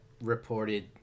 reported